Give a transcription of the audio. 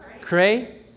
Cray